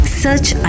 search